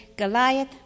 Goliath